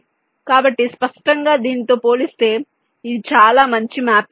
కాబట్టి స్పష్టంగా దీనితో పోలిస్తే ఇది చాలా మంచి మ్యాపింగ్ కాదు